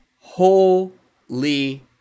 holy